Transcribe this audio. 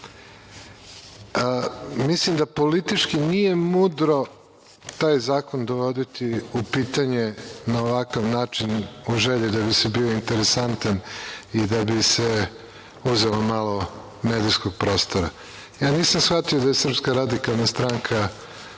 Mislim da politički nije mudro taj zakon dovoditi u pitanje na ovakav način, u želji da bi se bio interesantan i da bi se uzelo malo medijskog prostora. Nisam shvatio da je SRS protivnik isterivanja